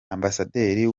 ambasaderi